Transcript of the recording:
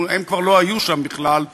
הם כבר לא היו שם בכלל,